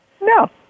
No